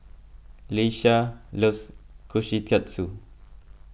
Leshia loves Kushikatsu